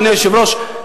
אדוני היושב-ראש,